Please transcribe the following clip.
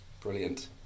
brilliant